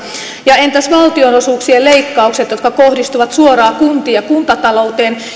ja entäs valtionosuuksien leikkaukset jotka kohdistuvat suoraan kuntiin ja kuntatalouteen